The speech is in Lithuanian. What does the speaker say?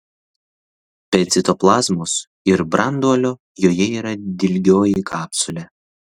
be citoplazmos ir branduolio joje yra dilgioji kapsulė